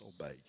obey